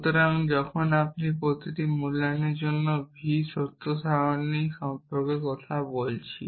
সুতরাং যখন আপনি প্রতিটি মূল্যায়নের জন্য v সত্য সারণী সম্পর্কে কথা বলছি